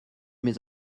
mes